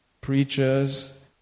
Preachers